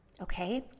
okay